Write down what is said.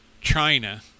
China